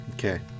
Okay